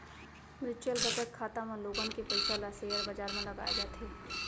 mutual बचत खाता म लोगन के पइसा ल सेयर बजार म लगाए जाथे